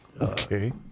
Okay